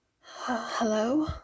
Hello